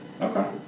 Okay